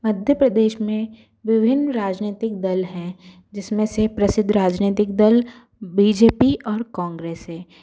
मध्य प्रदेश में विभिन्न राजनीतिक दल है जिसमें से प्रसिद्ध राजनीतिक दल बी जे पी और कांग्रेस है